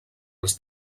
els